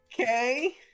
okay